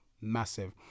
massive